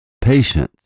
Patience